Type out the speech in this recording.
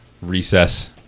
Recess